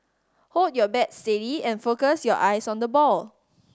hold your bat steady and focus your eyes on the ball